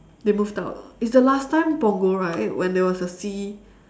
they moved out it's the last time punggol right when there was a sea